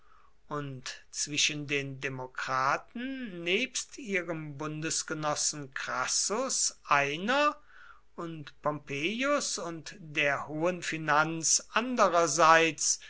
und zwischen den demokraten nebst ihrem bundesgenossen crassus einer und pompeius und der hohen finanz